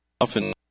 often